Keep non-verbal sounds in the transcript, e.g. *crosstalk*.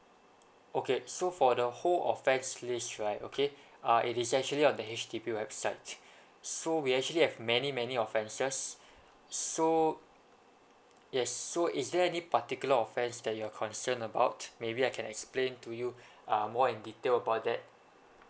okay so for the whole offence list right okay *breath* uh it is actually on the H_D_B website *breath* so we actually have many many offenses so yes so is there any particular offence that you are concern about maybe I can explain to you *breath* uh more in detail about that